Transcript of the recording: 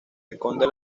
esconde